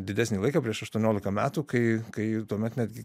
didesnį laiką prieš aštuoniolika metų kai kai tuomet netgi